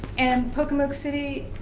and pocomoke city,